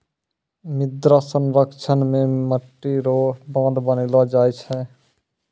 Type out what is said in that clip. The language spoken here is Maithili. मृदा संरक्षण मे मट्टी रो बांध बनैलो जाय छै